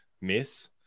miss